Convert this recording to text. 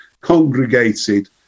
congregated